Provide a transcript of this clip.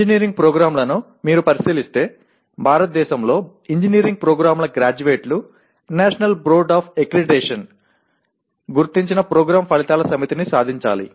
engineering ప్రోగ్రామ్లను మీరు పరిశీలిస్తే భారతదేశంలో ఇంజనీరింగ్ ప్రోగ్రామ్ల గ్రాడ్యుయేట్లు నేషనల్ బోర్డ్ ఆఫ్ అక్రిడిటేషన్ గుర్తించిన ప్రోగ్రామ్ ఫలితాల సమితిని సాధించాలి